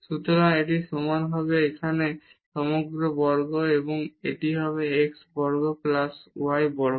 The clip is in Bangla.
সুতরাং এটি সমান হবে এখানে সমগ্র বর্গ এবং এটি হবে x বর্গ প্লাস y বর্গ